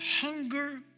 hunger